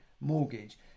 mortgage